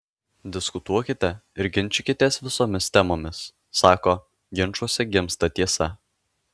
diskutuokite ir ginčykitės visomis temomis sako ginčuose gimsta tiesa